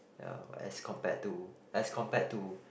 ya as compared to as compared to